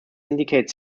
indicate